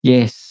Yes